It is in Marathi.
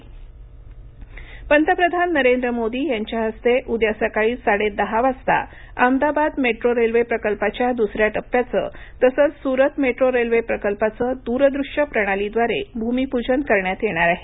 मेट्रो पंतप्रधान नरेंद्र मोदी यांच्या हस्ते उद्या सकाळी साडेदहा वाजता अहमदाबाद मेट्रो रेल्वे प्रकल्पाच्या दुसऱ्या टप्प्याचं तसंच सुरत मेट्रो रेल्वे प्रकल्पाचं दूरदृश्य प्रणालीद्वारे भूमीप्जन करण्यात येणार आहे